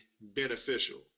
beneficial